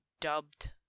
dubbed